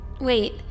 wait